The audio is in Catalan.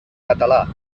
català